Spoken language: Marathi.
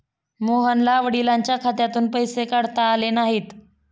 मोहनला वडिलांच्या खात्यातून पैसे काढता आले नाहीत